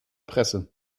presse